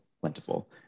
plentiful